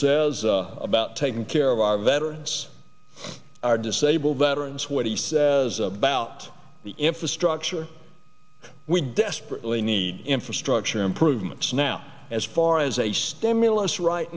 says about taking care of our veterans are disabled veterans what he says about the infrastructure we desperately need infrastructure improvements now as far as a stimulus right